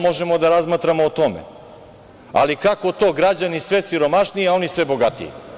Možemo da razmatramo o tome, ali kako to građani sve siromašniji, a oni sve bogatiji?